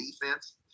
defense